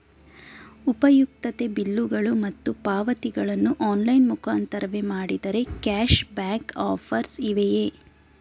ಉಪಯುಕ್ತತೆ ಬಿಲ್ಲುಗಳು ಮತ್ತು ಪಾವತಿಗಳನ್ನು ಆನ್ಲೈನ್ ಮುಖಾಂತರವೇ ಮಾಡಿದರೆ ಕ್ಯಾಶ್ ಬ್ಯಾಕ್ ಆಫರ್ಸ್ ಇವೆಯೇ?